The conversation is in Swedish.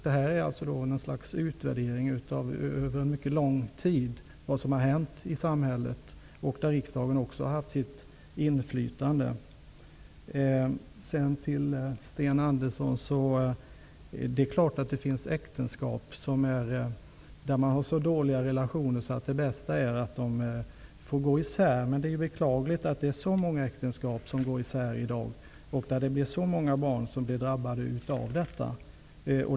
Detta skulle då vara något slags utvärdering av vad som har hänt i samhället under mycket lång tid, och där riksdagen också har haft sitt inflytande. Till Sten Andersson i Malmö vill jag säga att det är klart att det finns äktenskap där relationerna är så dåliga att det bästa är att de går isär. Men det är beklagligt att det är så många äktenskap som går isär i dag och att så många barn drabbas av detta.